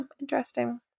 interesting